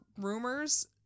rumors